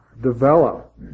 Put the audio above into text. develop